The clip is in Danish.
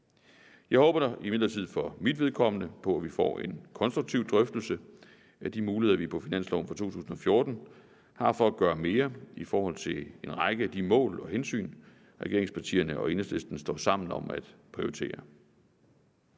Jeg håber imidlertid for mit vedkommende på, at vi får en konstruktiv drøftelse af de muligheder, vi på finansloven for 2014 har for at gøre mere i forhold til en række af de mål og hensyn, regeringspartierne og Enhedslisten står sammen om at prioritere.